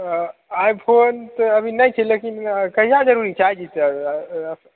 आइ phone तऽ अभी नहि छै लेकिन कहिया जरूरी छऽ आइ जरुरत